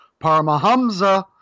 Paramahamsa